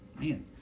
Man